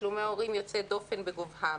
תשלומי הורים יוצאי דופן בגובהם,